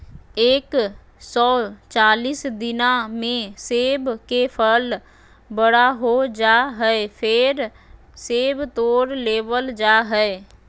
एक सौ चालीस दिना मे सेब के फल बड़ा हो जा हय, फेर सेब तोड़ लेबल जा हय